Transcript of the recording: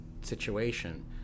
situation